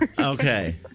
Okay